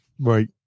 Right